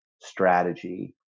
strategy